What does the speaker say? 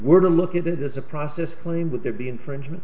were to look at it as a process claim would there be infringement